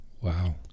Wow